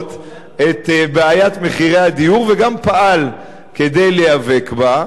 לזהות את בעיית מחירי הדיור וגם פעל כדי להיאבק בה.